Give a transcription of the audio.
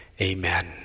Amen